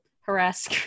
harass